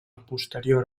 posterior